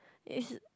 it's